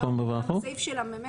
בסעיף של המ.מ.